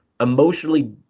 emotionally –